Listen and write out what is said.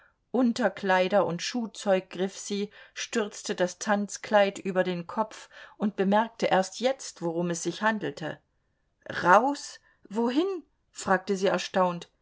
unterkleider und schuhzeug griff sie stürzte das tanzkleid über den kopf und bemerkte erst jetzt worum es sich handelte raus wohin fragte sie erstaunt